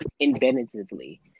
inventively